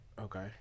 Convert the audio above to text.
Okay